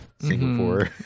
Singapore